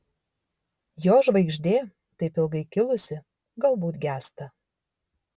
jo žvaigždė taip ilgai kilusi galbūt gęsta